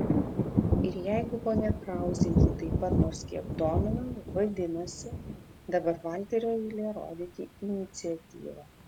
ir jeigu ponia krauzė jį taip pat nors kiek domina vadinasi dabar valterio eilė rodyti iniciatyvą